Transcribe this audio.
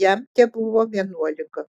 jam tebuvo vienuolika